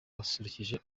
basusurukije